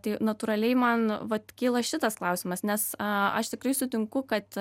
tai natūraliai man vat kyla šitas klausimas nes aš tikrai sutinku kad